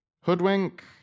Hoodwink